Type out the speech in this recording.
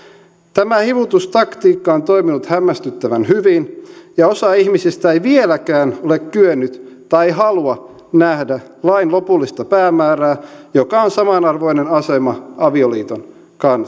tämä hivutustaktiikka on toiminut hämmästyttävän hyvin ja osa ihmisistä ei vieläkään ole kyennyt tai ei halua nähdä lain lopullista päämäärää joka on samanarvoinen asema avioliiton